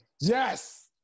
Yes